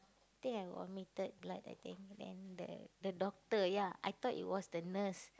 think I vomited blood I think then the the doctor ya I thought it was the nurse